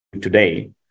today